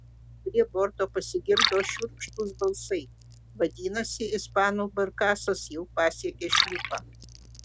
prie borto pasigirdo šiurkštūs balsai vadinasi ispanų barkasas jau pasiekė šliupą